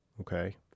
okay